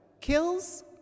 kills